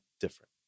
different